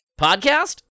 Podcast